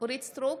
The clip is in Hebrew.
אורית מלכה סטרוק,